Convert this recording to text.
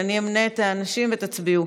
אמנה את האנשים, ותצביעו.